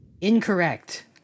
Incorrect